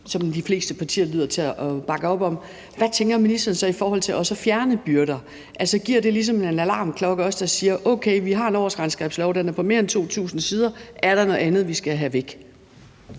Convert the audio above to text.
som de fleste partier lyder til at bakke op om, hvad tænker ministeren så i forhold til også at fjerne byrder? Altså, betyder det ligesom også en alarmklokke, der siger: Vi har en årsregnskabslov, der er på mere end 2.000 sider? Er der noget andet, vi skal have væk?